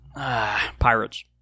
Pirates